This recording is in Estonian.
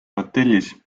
hotellis